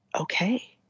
okay